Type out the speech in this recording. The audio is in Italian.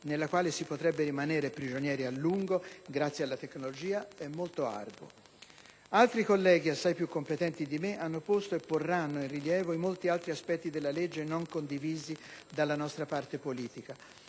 nella quale si potrebbe rimanere prigionieri a lungo grazie alla tecnologia, è molto arduo. Altri colleghi, assai più competenti di me, hanno posto e porranno in rilievo i molti altri aspetti della legge non condivisi dalla nostra parte politica: